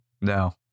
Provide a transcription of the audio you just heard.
No